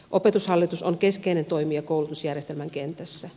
opetushallitus on keskeinen toimija koulutusjärjestelmän kentässä